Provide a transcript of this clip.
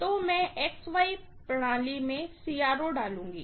तो मैं XY प्रणाली में CRO डालूंगी